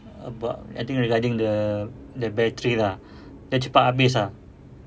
about I think regarding the the battery lah dia cepat habis ah